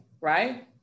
right